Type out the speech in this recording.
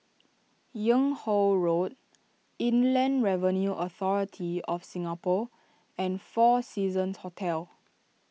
Yung Ho Road Inland Revenue Authority of Singapore and four Seasons Hotel